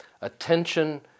attention